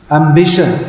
ambition